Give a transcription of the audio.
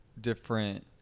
different